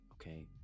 okay